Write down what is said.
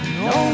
no